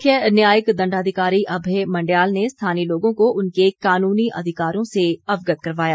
मुख्य न्यायिक दण्डाधिकारी अभय मण्डयाल ने स्थानीय लोगों को उनके कानूनी अधिकारों से अवगत करवाया